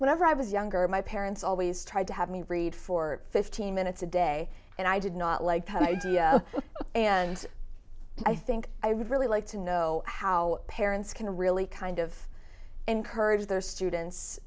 whenever i was younger my parents always tried to have me read for fifteen minutes a day and i did not like the idea and i think i would really like to know how parents can really kind of encourage their students